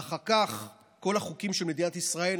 ואחר כך כל החוקים של מדינת ישראל,